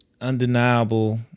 undeniable